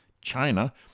China